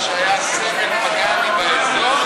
השם מכלוף,